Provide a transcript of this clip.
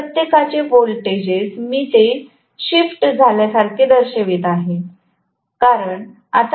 त्या प्रत्येकाचे व्होल्टेजेस मी ते शिफ्ट झाल्यासारखे दर्शवित आहे